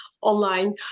online